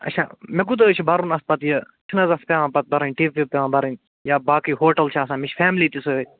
اَچھا مےٚ کوٗتاہ حظ چھُ بَرُن اَتھ پتہٕ یہِ چھُ نہَ حظ اَتھ پتہٕ پٮ۪وان بَرٕنۍ ٹِپ وِپ پٮ۪ون بَرٕنۍ یا باقٕے ہوٹل چھِ آسان مےٚ چھِ فیملی تہِ سۭتۍ